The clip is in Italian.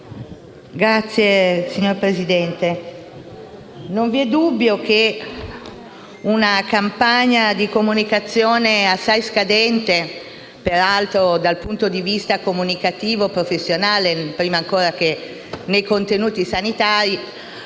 *(PD)*. Signor Presidente, non v'è dubbio che una campagna di comunicazione, assai scadente peraltro dal punto di vista comunicativo e professionale, prima ancora che nei contenuti sanitari,